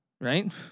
right